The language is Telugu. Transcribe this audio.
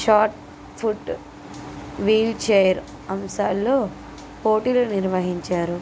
షాట్పుట్ వీల్ చైర్ అంశాల్లో పోటీలు నిర్వహించారు